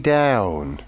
down